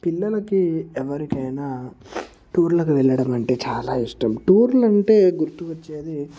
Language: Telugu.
పిల్లలకి ఎవరికైనా టూర్లకు వెళ్ళడం అంటే చాలా ఇష్టం టూర్లు అంటే గుర్తుకు వచ్చేది